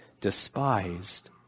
despised